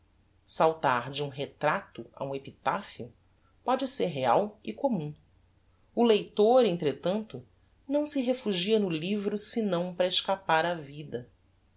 saltar de um retrato a um epitaphio póde ser real e commum o leitor entretanto não se refugia no livro senão para escapar á vida